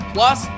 Plus